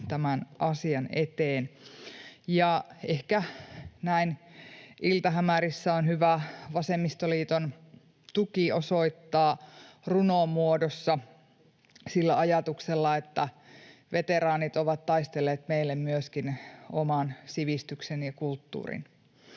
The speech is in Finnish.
tämän asian eteen, ja ehkä näin iltahämärissä on hyvä vasemmistoliiton tuki osoittaa runomuodossa, sillä ajatuksella, että veteraanit ovat taistelleet meille myöskin oman sivistyksen ja kulttuurin: